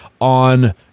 on